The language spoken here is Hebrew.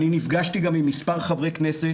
אני נפגשתי גם עם מספר חברי כנסת